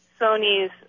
Sony's